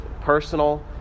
personal